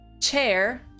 chair